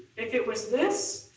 if it was this,